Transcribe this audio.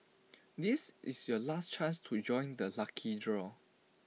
this is your last chance to join the lucky draw